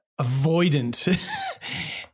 avoidant